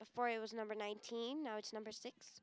before it was number nineteen now it's number six